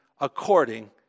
according